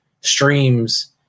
streams